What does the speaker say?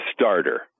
starter